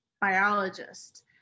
biologist